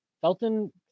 Felton –